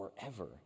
forever